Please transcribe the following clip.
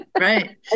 Right